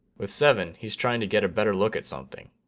with seven, he's trying to get a better look at something.